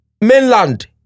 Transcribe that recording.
mainland